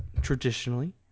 Traditionally